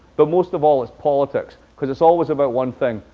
but most of all, it's politics. because it's always about one thing.